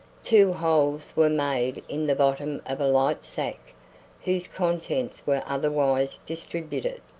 two holes were made in the bottom of a light sack whose contents were otherwise distributed,